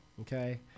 okay